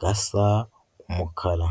gasa umukara.